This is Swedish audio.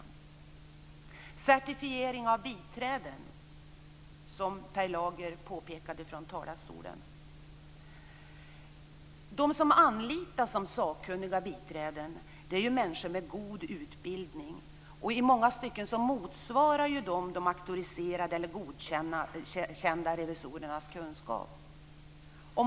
Så har vi certifiering av biträden, som Per Lager talade om från talarstolen. De som anlitas som sakkunniga biträden är människor med god utbildning. I många stycken motsvarar de de auktoriserade eller godkända revisorernas kunskap.